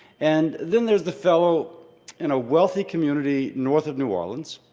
and then there's the fellow in a wealthy community north of new orleans